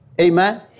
Amen